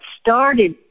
started